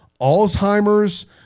alzheimer's